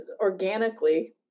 organically